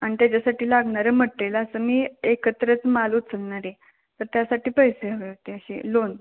आणि त्याच्यासाठी लागणारं मट्रेल असं मी एकत्रच माल उचलणानार आहे तर त्यासाठी पैसे हवे होते असे लोन